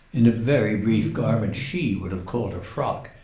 in a very brief garment she would have called a frock,